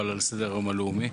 אבל על סדר היום הלאומי,